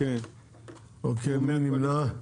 מי נמנע?